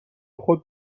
خود